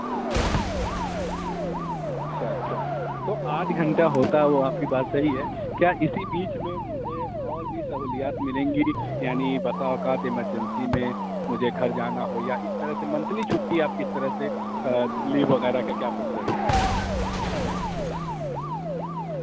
اچھا اچھا تو آٹھ گھنٹہ ہوتا ہے وہ آپ کی بات صحیح ہے کیا اسی بیچ میں مجھے اور بھی سہولیات ملیں گی یعنی بسا اوقات ایمرجنسی میں مجھے گھر جانا ہو یا اس طرح سے منتھلی چھٹی آپ کی طرح سے لیو وغیرہ کا کیا پروسیز ہے